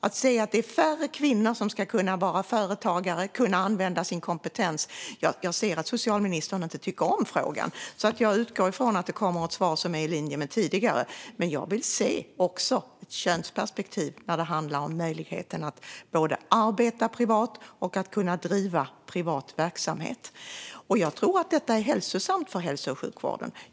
Det är ju att säga att färre kvinnor ska kunna vara företagare och använda sin kompetens. Jag ser att socialministern inte tycker om frågan, så jag utgår från att det kommer ett svar som är i linje med det tidigare. Men jag vill se ett könsperspektiv när det handlar om möjligheten att både arbeta privat och kunna driva privat verksamhet, för jag tror att detta är hälsosamt för hälso och sjukvården.